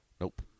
nope